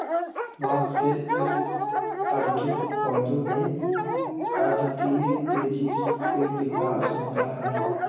बांस के इस अद्भुत पौधे में अद्वितीय तेजी से विकास होता है